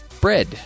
Bread